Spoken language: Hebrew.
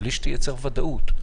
בלי שהיא תייצר ודאות.